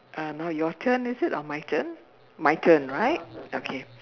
uh now your turn is it or my turn my turn right okay